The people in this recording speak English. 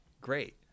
great